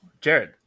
Jared